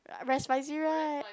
very spicy right